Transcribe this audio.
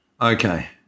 Okay